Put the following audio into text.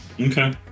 Okay